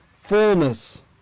fullness